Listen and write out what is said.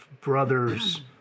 brothers